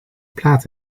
plaat